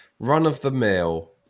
run-of-the-mill